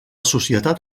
societat